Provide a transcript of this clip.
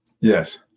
Yes